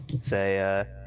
say